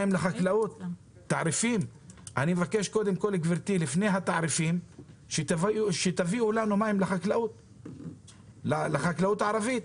אני מבקש לפני התעריפים שתביאו לנו מים לחקלאות הערבית.